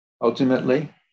Ultimately